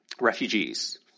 refugees